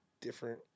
different